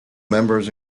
members